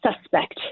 suspect